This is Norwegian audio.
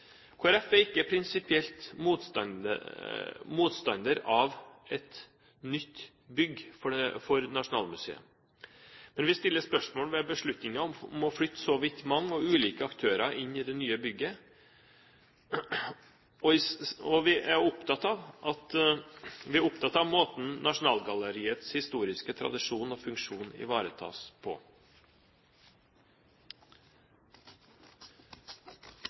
er ikke prinsipielt motstander av et nytt bygg for Nasjonalmuseet, men vi stiller spørsmål ved beslutningene om å flytte så vidt mange og ulike aktører inn i det nye bygget, og vi er opptatt av måten Nasjonalgalleriets historiske tradisjon og funksjon ivaretas på.